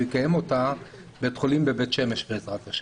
יקיים אותה - בית חולים בבית שמש בעזרת השם.